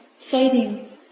fighting